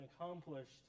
accomplished